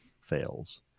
fails